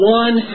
one